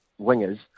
wingers